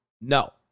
no